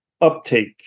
uptake